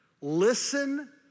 listen